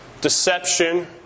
deception